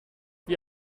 wie